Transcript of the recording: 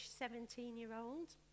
17-year-old